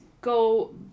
go